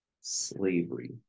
slavery